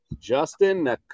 Justin